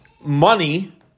money